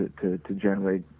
ah to to generate